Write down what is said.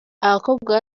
abakobwa